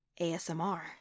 ASMR